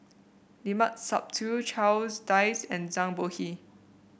Limat Sabtu Charles Dyce and Zhang Bohe